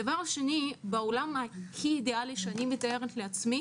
בעולם הכי אידיאלי שאני מתארת לעצמי